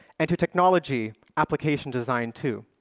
and to technology application design, too.